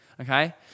Okay